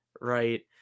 right